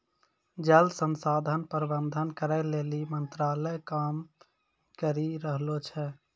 जल संसाधन प्रबंधन करै लेली मंत्रालय काम करी रहलो छै